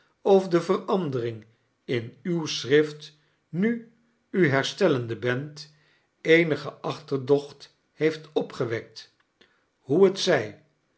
of de veraindering in uw schrift nu u herstellende bent eeaige achterdocht heeft opgewekt hoe t zij